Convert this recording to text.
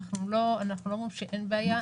אנחנו לא אומרים שאין בעיה.